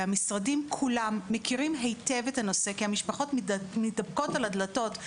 והמשרדים כולם מכירים היטב את הנושא כי המשפחות מידפקות על הדלתות.